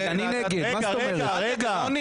זאת לא הייתה התייעצות.